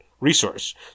resource